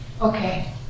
Okay